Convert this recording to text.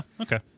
Okay